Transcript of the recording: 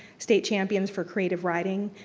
state champions for creative writing